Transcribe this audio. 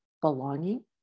belonging